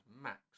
max